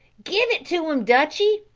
give it to him, dutchie!